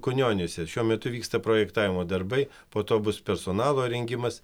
kunioniuose šiuo metu vyksta projektavimo darbai po to bus personalo rengimas